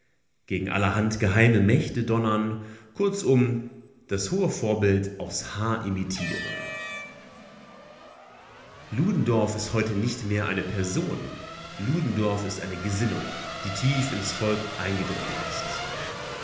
gegen allerhand geheime mächte donnern kurzum das hohe vorbild aufs haar imitieren ludendorff ist heute nicht mehr eine person ludendorff ist eine gesinnung die tief ins volk eingedrungen ist